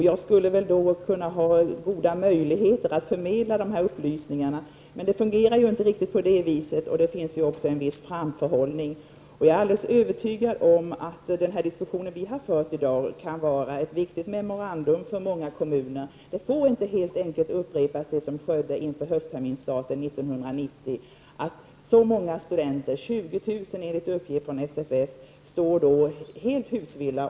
Jag har förvisso goda möjligheter att förmedla dessa upplysningar. Det fungerar emellertid inte riktigt på det viset, och det finns också en viss framförhållning. Jag är övertygad om att den diskussion vi har fört i dag kan bli ett viktigt memorandum för många kommuner. Det som skedde inför höstterminsstarten 1990 får helt enkelt inte upprepas. Enligt uppgift från SFS stod 20 000 studenter helt husvilla.